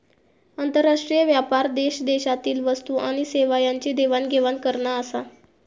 आंतरराष्ट्रीय व्यापार देशादेशातील वस्तू आणि सेवा यांची देवाण घेवाण करना आसा